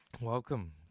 welcome